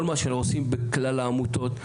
כל מה שעושים בכלל העמותות.